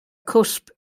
cusp